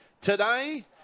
today